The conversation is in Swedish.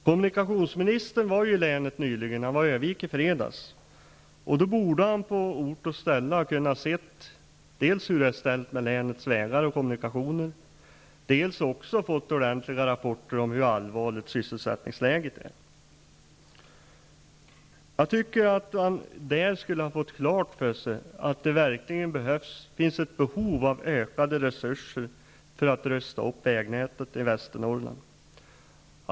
Kommunikationsministern var nyligen i länet, och i fredags i Örnsköldsvik, och då borde han på ort och ställe dels ha kunnat se hur det är ställt med länets vägar och kommunikationer, dels ha fått ordentliga rapporter om hur allvarligt sysselsättningsläget är. Han borde ha fått klart för sig att det verkligen finns ett behov av ökade resurser för att rusta upp vägnätet i Västernorrland.